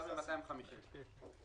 יותר מ-250,000.